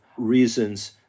reasons